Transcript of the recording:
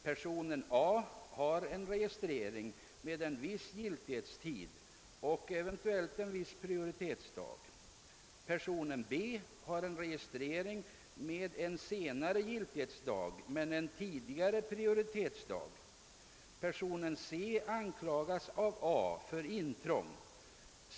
Personen A har en registrering med en viss giltighetsdag . Personen B har en registrering med en senare giltighetsdag men en tidigare prioritetsdag. Personen C anklagas av A för intrång.